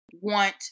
want